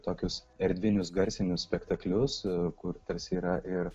tokius erdvinius garsinius spektaklius kur tarsi yra ir